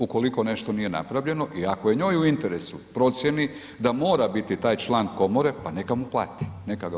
Ukoliko nešto nije napravljeno i ako je njoj u interesu i procjeni da mora biti taj član komore, pa neka mu plati, neka ga učlani.